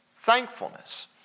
thankfulness